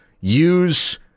use